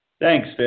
Thanks